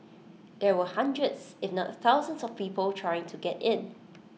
there were hundreds if not thousands of people trying to get in